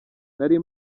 nari